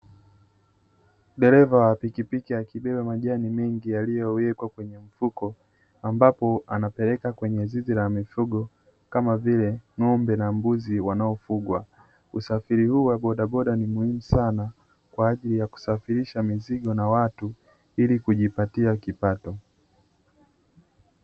Dereva wa pikipiki akibeba majani mengi yaliyowekwa kwenye mfuko, ambapo anapeleka kwenye zizi la mifugo, kama vile; ng'ombe na mbuzi wanaofugwa. Usafiri huu wa bodaboda ni muhimu sana, kwa ajili ya kusafirisha mizigo na watu ili kujipatia kipato.